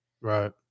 right